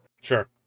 Sure